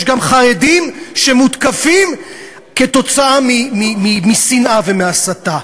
יש גם חרדים שמותקפים כתוצאה משנאה ומהסתה,